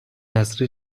نذری